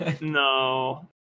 no